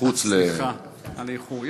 סליחה על האיחור.